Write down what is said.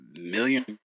million